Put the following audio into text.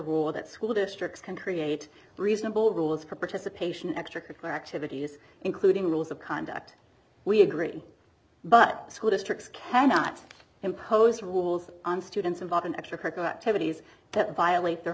rule that school districts can create reasonable rules for participation in extracurricular activities including rules of conduct we agree but school districts cannot impose rules on students involved in extracurricular activities that violate their